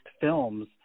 films